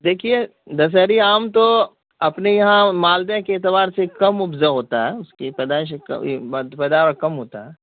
دیکھیے دسہری آم تو اپنے یہاں مالدہ کے اعتبار سے کم اپجاؤ ہوتا ہے اس کی پیدائش پیداوار کم ہوتا ہے